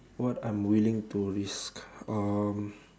what I'm willing to risk um